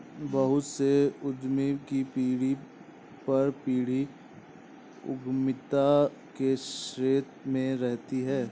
बहुत से उद्यमी की पीढ़ी दर पीढ़ी उद्यमिता के क्षेत्र में रहती है